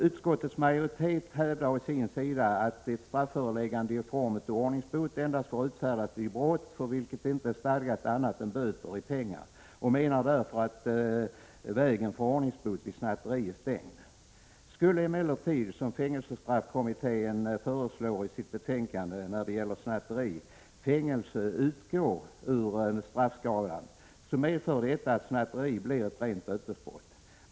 Utskottets majoritet hävdar å sin sida att ett strafföreläggande i form av ordningsbot endast får utfärdas vid brott för vilket inte är stadgat annat än böter i pengar. Man menar därför att vägen är stängd när det gäller ordningsbot vid snatteri. Skulle emellertid — som fängelsestraffkommittén föreslår i sitt betänkande när det gäller snatteri — fängelse utgå ur straffskalan, medför detta att snatteri blir ett rent bötesbrott.